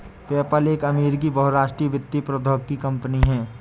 PayPal एक अमेरिकी बहुराष्ट्रीय वित्तीय प्रौद्योगिकी कंपनी है